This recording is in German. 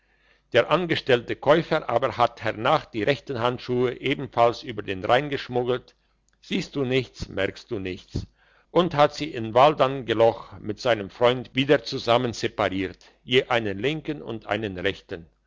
der angestellte käufer aber hat hernach die rechten handschuhe ebenfalls über den rhein geschmuggelt siehst du nichts merkst du nichts und hat sie in waldangelloch mit seinem freund wieder zusammensepariert je einen linken und einen rechten